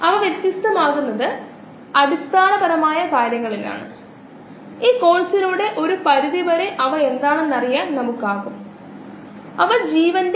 കോശങ്ങൾ ഉൽപാദിപ്പിക്കുന്ന insulin monoclonal ആന്റിബോഡികൾ എത്തനോൾ ബയോ ഓയിൽ തുടങ്ങിയവ നമ്മൾ കണ്ടുവെന്ന് ഞാൻ കരുതുന്നു